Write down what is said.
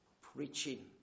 preaching